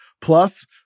Plus